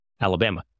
Alabama